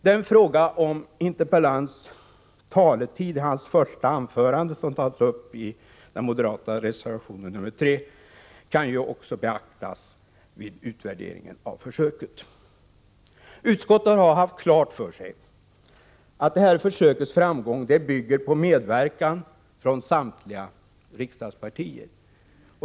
Den fråga om interpellants taletid i hans första anförande, som tas upp i den moderata reservationen nr 3, kan likaså beaktas vid utvärderingen av försöket. Utskottet har haft klart för sig att försökets framgång bygger på medverkan från samtliga riksdagspartier.